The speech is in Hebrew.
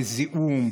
זיהום,